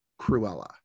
Cruella